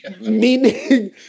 Meaning